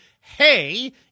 hey